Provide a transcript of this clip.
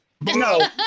no